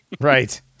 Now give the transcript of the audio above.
Right